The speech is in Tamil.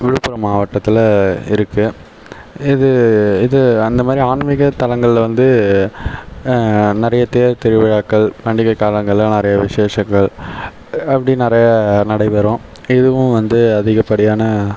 விழுப்புரம் மாவட்டத்தில் இருக்குது இது இது அந்த மாதிரி ஆன்மீக தளங்கள் வந்து நிறைய தேர் திருவிழாக்கள் பண்டிகை காலங்கள் நிறைய விசேஷங்கள் அப்படி நிறைய நடைபெறும் இதுவும் வந்து அதிகப்படியான